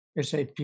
SAP